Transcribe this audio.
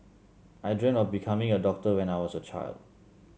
I dreamt of becoming a doctor when I was a child